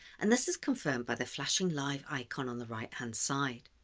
and this is confirmed by the flashing live icon on the right hand side.